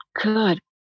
good